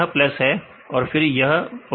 यह प्लस है फिर यह 0